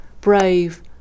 brave